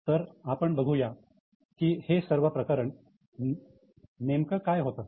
तर आपण बघूया की हे सर्व प्रकरण नेमकं काय होतं